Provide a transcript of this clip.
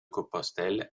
compostelle